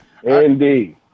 Indeed